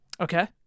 Okay